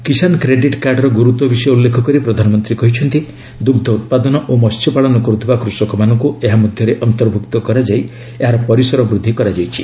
Kisan credit କାର୍ଡ଼ର ଗୁରୁତ୍ୱ ବିଷୟ ଉଲ୍ଲେଖ କରି ପ୍ରଧାନମନ୍ତ୍ରୀ କହିଛନ୍ତି ଦୁଗ୍ଧ ଉତ୍ପାଦନ ଓ ମହ୍ୟପାଳନ କରୁଥିବା କୃଷକମାନଙ୍କୁ ଏହା ମଧ୍ୟରେ ଅନ୍ତର୍ଭୁକ୍ତ କରାଯାଇ ଏହାର ପରିସର ବୃଦ୍ଧି କରାଯାଇଛି